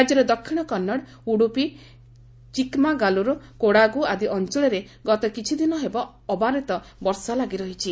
ରାଜ୍ୟର ଦକ୍ଷିଣ କନ୍ନଡ଼ ଉଡୁପି ଚିକ୍ମାଗାଲୁରୁ କୋଡାଗୁ ଆଦି ଅଞ୍ଚଳରେ ଗତ କିଛିଦିନ ହେବ ଅବିରତ ବର୍ଷା ଲାଗିରହିଛି